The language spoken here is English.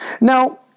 Now